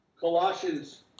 Colossians